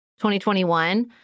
2021